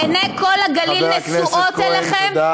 עיני כל הגליל נשואות אליכם, חבר הכנסת כהן, תודה.